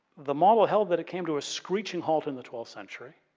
the model held that it came to a screeching halt in the twelfth century.